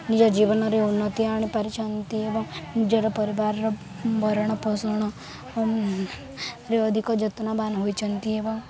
ନିଜ ଜୀବନରେ ଉନ୍ନତି ଆଣିପାରିଛନ୍ତି ଏବଂ ନିଜର ପରିବାରର ଭରଣପୋଷଣ ରେ ଅଧିକ ଯତ୍ନବାନ ହୋଇଛନ୍ତି ଏବଂ